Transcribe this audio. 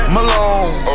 Malone